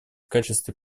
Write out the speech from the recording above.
качестве